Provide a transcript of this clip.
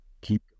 keep